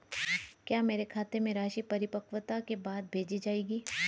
क्या मेरे खाते में राशि परिपक्वता के बाद भेजी जाएगी?